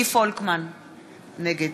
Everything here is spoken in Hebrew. נגד